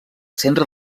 centre